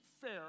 fair